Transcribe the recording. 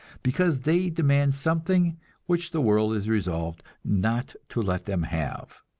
because they demand something which the world is resolved not to let them have!